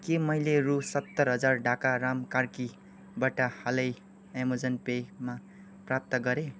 के मैले रु सत्तर हजार ढाका राम कार्कीबाट हालै अमाजन पेमा प्राप्त गरेँ